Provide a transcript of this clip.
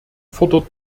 fordert